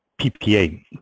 PPA